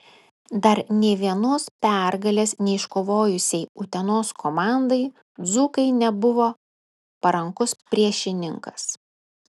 dar nė vienos pergalės neiškovojusiai utenos komandai dzūkai nebuvo parankus priešininkas